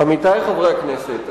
עמיתי חברי הכנסת,